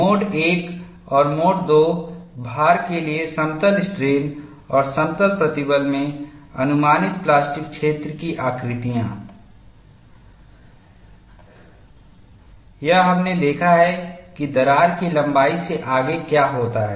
mode I और mode II भार के लिए समतल स्ट्रेन और समतल प्रतिबल में अनुमानित प्लास्टिक क्षेत्र की आकृतियाँ यह हमने देखा है कि दरार की लंबाई से आगे क्या होता है